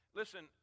listen